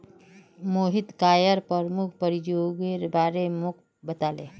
Mohit coir प्रमुख प्रयोगेर बारे मोक बताले